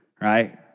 right